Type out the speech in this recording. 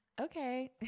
Okay